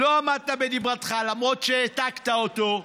לא עמדת בדברתך, למרות שהעתקת אותו.